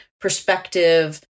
perspective